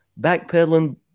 backpedaling